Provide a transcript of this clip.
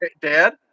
dad